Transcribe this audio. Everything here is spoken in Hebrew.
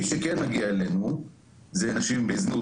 מי שכן מגיע אלינו הם נשים בזנות,